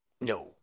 No